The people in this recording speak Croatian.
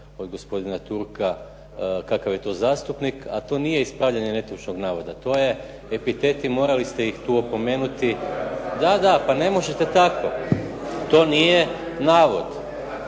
od gospodina Turka, kakav je to zastupnik, a to nije ispravljanje netočnog navoda, to je epiteti, morali ste ih tu opomenuti, da, da, pa ne možete tako, to nije navod.